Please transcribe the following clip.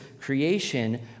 creation